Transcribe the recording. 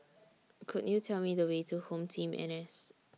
Could YOU Tell Me The Way to HomeTeam N S